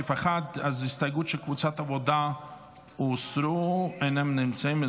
ההסתייגות של קבוצת העבודה הוסרו, הם אינם נמצאים.